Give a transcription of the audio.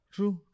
True